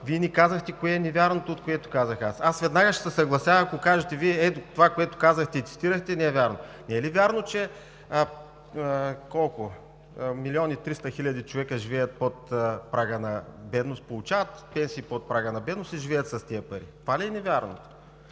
Ви не казахте кое е невярното от това, което казах аз. Веднага ще се съглася, ако кажете: ето това, което Вие казахте и цитирахте, не е вярно. Не е ли вярно, че милион и 300 хиляди човека живеят под прага на бедност, получават пенсии под прага на бедност и живеят с тези пари? Това ли е невярно?